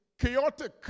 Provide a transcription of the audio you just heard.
chaotic